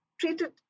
treated